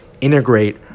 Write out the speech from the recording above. integrate